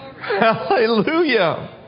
Hallelujah